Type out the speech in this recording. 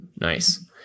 Nice